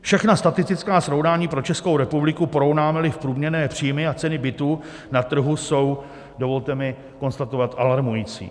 Všechna statistická srovnání pro Českou republiku, porovnámeli průměrné příjmy a ceny bytů na trhu, jsou, dovolte mi konstatovat, alarmující.